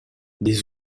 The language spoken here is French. des